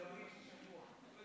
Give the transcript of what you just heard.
אני לא